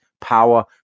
power